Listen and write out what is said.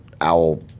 Owl